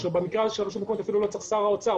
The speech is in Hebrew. או שבמקרה של רשות מקומית אפילו לא צריך שר אוצר.